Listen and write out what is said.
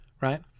Right